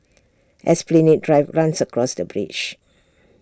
Esplanade Drive runs across the bridge